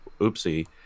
oopsie